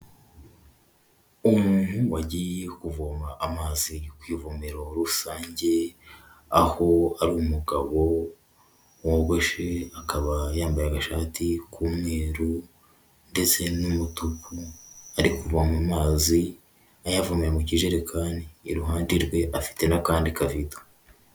Umuntu wagiye kuvoma amazi ku ivomero rusange, aho ari umugabo wogoshe, akaba yambaye agashati k'umweru ndetse n'umutuku, arikuvoma amazi ayavomera mu kijerekani, iruhande rwe afite n'akandi kavido.